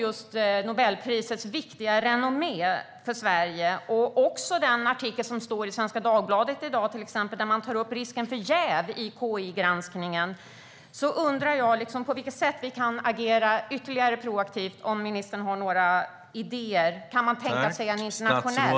Men med tanke på Nobelprisets viktiga renommé för Sverige - och även den artikel som finns i Svenska Dagbladet i dag, där man tar upp risken för jäv i KI-granskningen - undrar jag på vilket sätt vi kan agera proaktivt ytterligare och om ministern har några idéer. Kan man tänka sig en internationell kommission?